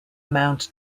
mount